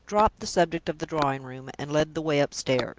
dropped the subject of the drawing-room, and led the way upstairs.